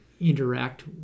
interact